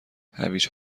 هویج